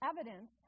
evidence